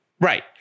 Right